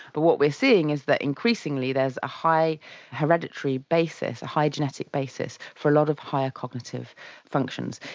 but what we are seeing is that increasingly there is a high hereditary basis, a high genetic basis for a lot of higher cognitive functions,